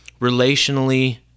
relationally